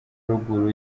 ruguru